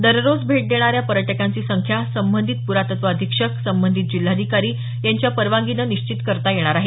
दररोज भेट देणाऱ्या पर्यटकांची संख्या संबंधित प्रातत्व अधीक्षक संबंधित जिल्हाधिकारी यांच्या परवानगीनं निश्चित करता येणार आहे